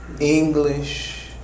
English